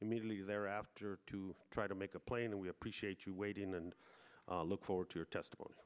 immediately thereafter to try to make a play and we appreciate you waiting and i look forward to your testimony